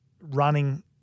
running